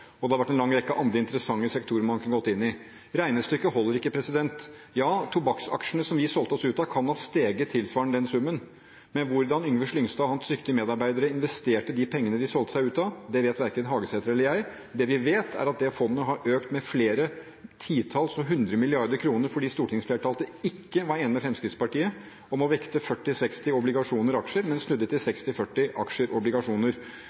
og det har vært en lang rekke andre interessante sektorer man kunne gått inn i. Regnestykket holder ikke. Ja, tobakksaksjene som vi solgte oss ut av, kan ha steget tilsvarende den summen, men hvordan Yngve Slyngstad og hans dyktige medarbeidere investerte de pengene de fikk da de solgte seg ut, det vet verken Hagesæter eller jeg. Men det vi vet, er at det fondet har økt med flere titalls og hundre milliarder kroner fordi stortingsflertallet ikke var enig med Fremskrittspartiet om å vekte 40/60 aksjer/obligasjoner, men snudde til